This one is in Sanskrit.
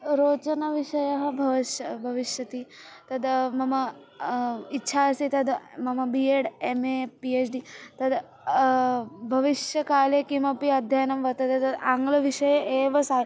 रोचनाविषयः भवष्य भविष्यति तद् मम इच्छा आसीत् तद् मम B Ed M A P H D तद् भविष्यकाले किमपि अध्ययनं वर्तते तद् आङ्ग्लविषये एव सा